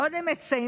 עוד הם מציינים,